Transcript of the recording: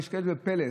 נשקלת בפלס.